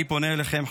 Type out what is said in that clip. אני פונה אליכם,